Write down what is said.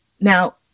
Now